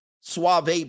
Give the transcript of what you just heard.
suave